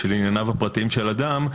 ענייניו הפרטיים של אדם,